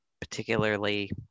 particularly